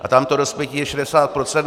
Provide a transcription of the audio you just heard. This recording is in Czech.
A tam je to rozpětí 60 %.